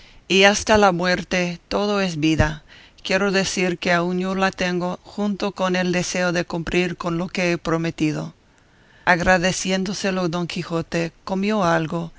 y hasta la muerte todo es vida quiero decir que aún yo la tengo junto con el deseo de cumplir con lo que he prometido agradeciéndoselo don quijote comió algo